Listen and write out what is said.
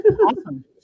Awesome